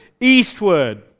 eastward